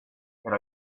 had